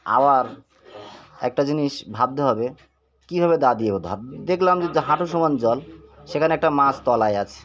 আবার একটা জিনিস ভাবতে হবে কীভাবে দা দিয়ে বোধ দেখলাম যে হাঁটু সমান জল সেখানে একটা মাছ তলায় আছে